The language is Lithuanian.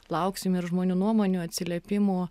lauksim ir žmonių nuomonių atsiliepimų